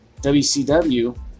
WCW